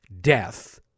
death